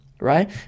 right